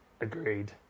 Agreed